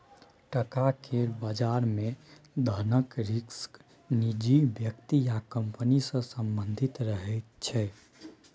टका केर बजार मे धनक रिस्क निजी व्यक्ति या कंपनी सँ संबंधित रहैत छै